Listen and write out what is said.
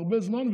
הרבה זמן,